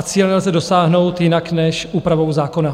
Cíle lze dosáhnout jinak než úpravou zákona.